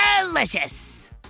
delicious